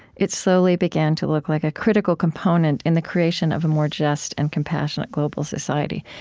it slowly began to look like a critical component in the creation of a more just and compassionate global society.